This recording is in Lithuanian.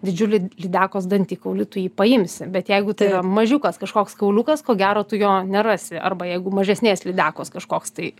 didžiulį lydekos dantikaulį tu jį paimsi bet jeigu tai yra mažiukas kažkoks kauliukas ko gero tu jo nerasi arba jeigu mažesnės lydekos kažkoks tai